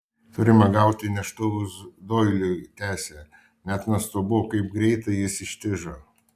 turime gauti neštuvus doiliui tęsė net nuostabu kaip greitai jis ištižo